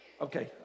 Okay